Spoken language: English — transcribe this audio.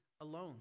alone